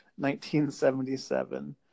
1977